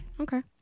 okay